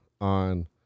on